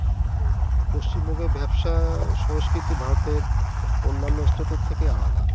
পশ্চিমবঙ্গের ব্যবসা সংস্কৃতি ভারতের অন্যান্য স্টেটের থেকে আলাদা